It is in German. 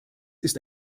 ist